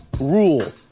rule